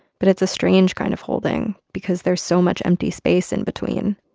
but it's a strange kind of holding because there's so much empty space in between.